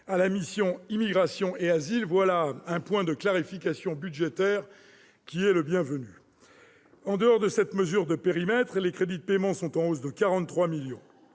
à la mission « Immigration et asile ». Voilà un point de clarification budgétaire bienvenu ! Abstraction faite de cette mesure de périmètre, les crédits de paiement sont en hausse de 43 millions